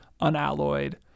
unalloyed